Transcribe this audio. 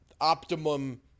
optimum